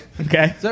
Okay